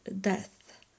death